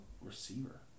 receiver